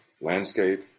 landscape